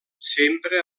sempre